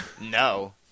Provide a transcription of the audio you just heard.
No